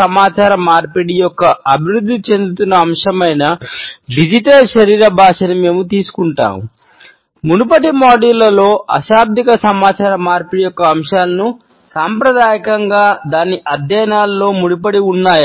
సమాచార మార్పిడి యొక్క అంశాలను సాంప్రదాయకంగా దాని అధ్యయనాలతో ముడిపడి ఉన్నాయీ